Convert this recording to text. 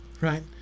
right